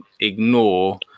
ignore